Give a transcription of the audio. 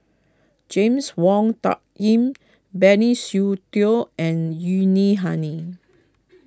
James Wong Tuck Yim Benny Seow Teo and Yuni honey